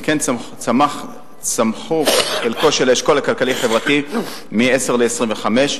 וכן צמח חלקו של האשכול הכלכלי-חברתי מ-10% ל-25%.